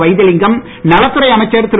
வைத்திலிங்கம் நலத்துறை அமைச்சர் திரு